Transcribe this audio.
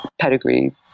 pedigree